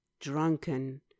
drunken